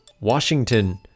Washington